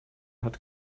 hat